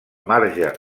marge